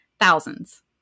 Thousands